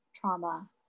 trauma